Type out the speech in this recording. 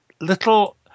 little